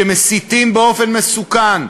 שמסיתים באופן מסוכן,